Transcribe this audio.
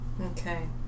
Okay